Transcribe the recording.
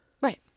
Right